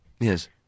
yes